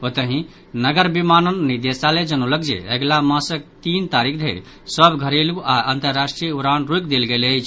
ओतहि नगर विमानन निदेशालय जनौलक जे अगिला मासक तीन तारीख धरि सभ घरेलू आओर अन्तराष्ट्रीय उड़ान रोकि देल गेल अछि